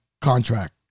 contract